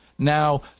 Now